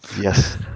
Yes